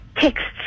texts